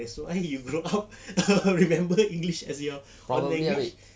that's why you grow up remember english as your core language